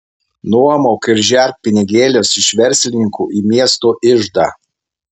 nuomok ir žerk pinigėlius iš verslininkų į miesto iždą